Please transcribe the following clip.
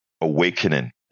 awakening